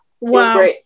Wow